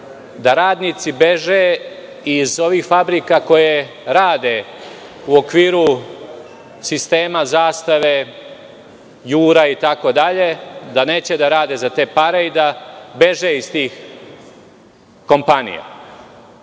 da radnici beže iz ovih fabrika koje rade u okviru sistema „Zastave“, „Jura“ itd, da neće da rade za te pare i da beže iz tih kompanija.